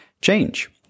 Change